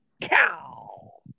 cow